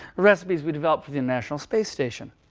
recipes we developed for the international space station.